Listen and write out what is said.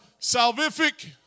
salvific